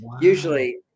Usually